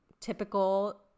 typical